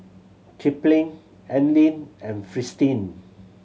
Kipling Anlene and Fristine